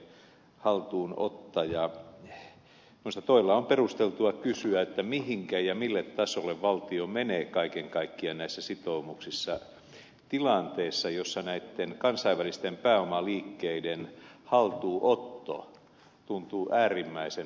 minusta todella on perusteltua kysyä mihinkä ja mille tasolle valtio menee kaiken kaikkiaan näissä sitoumuksissa tilanteessa jossa näitten kansainvälisten pääomaliikkeiden haltuunotto tuntuu äärimmäisen haasteelliselta